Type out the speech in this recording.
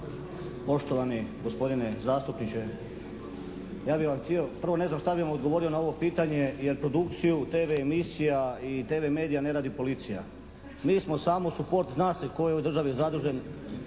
Poštovani gospodine zastupniče. Prvo. Ne znam šta bi vam odgovorio na ovo pitanje jer produkciju TV emisija i TV medija ne radi policija. Mi smo samo suport. Zna se tko je u državi zadužen.